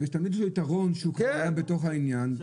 ותמיד יש לו יתרון שהוא כבר היה בתוך העניין.